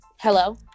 Hello